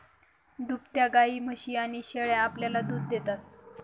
दुभत्या गायी, म्हशी आणि शेळ्या आपल्याला दूध देतात